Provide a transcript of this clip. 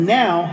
now